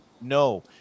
no